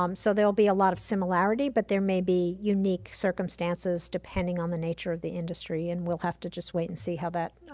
um so there'll be a lot of similarity, but there may be unique circumstances depending on the nature of the industry. and we'll have to just wait and see how that,